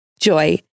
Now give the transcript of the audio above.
Joy